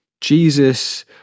Jesus